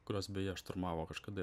kurios beje šturmavo kažkada